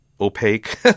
opaque